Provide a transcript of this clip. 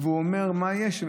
והוא אומר: מה יש?